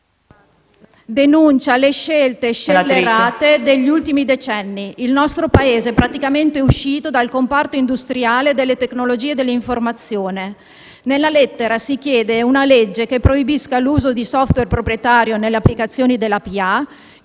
denuncia le scelte scellerate degli ultimi decenni. Il nostro Paese è praticamente uscito dal comparto industriale delle tecnologie dell'informazione. Nella lettera si chiede una legge che proibisca l'uso di *software* proprietario nelle applicazioni della